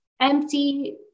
empty